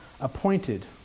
appointed